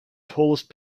tallest